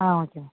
ah okay ma'am